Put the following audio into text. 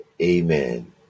Amen